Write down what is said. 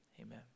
amen